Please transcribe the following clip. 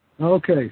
Okay